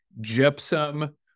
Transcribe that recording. gypsum